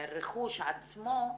הרכוש עצמו,